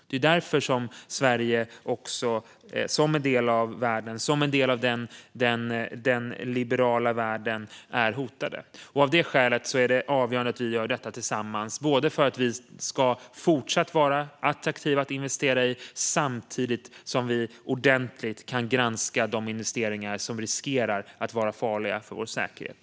Det är därför vi i Sverige, som en del av den liberala världen, är hotade. Av det skälet är det avgörande att vi gör detta tillsammans, både för att Sverige fortsatt ska vara attraktivt att investera i och för att vi ordentligt ska kunna granska de investeringar som riskerar att vara farliga för vår säkerhet.